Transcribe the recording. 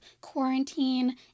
quarantine